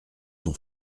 son